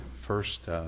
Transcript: first –